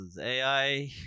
AI